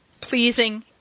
pleasing